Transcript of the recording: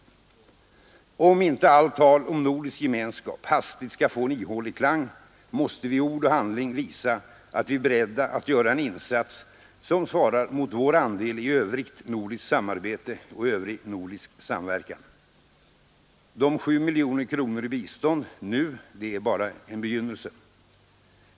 Skall inte allt tal om nordisk gemenskap hastigt få en ihålig klang, måste vi i ord och handling visa att vi är beredda att göra en insats, som svarar mot vår andel i övrigt nordiskt samarbete och övrig nordisk samverkan. De 7 miljoner kronorna i bistånd nu får bara vara en begynnelse.